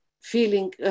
feeling